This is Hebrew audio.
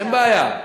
אין בעיה.